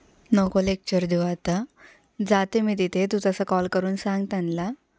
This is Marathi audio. नको लेक्चर देऊ आता जाते मी तिथे तू तसा कॉल करून सांग त्यांना